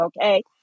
Okay